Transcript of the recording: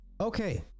okay